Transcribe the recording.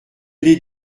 l’ai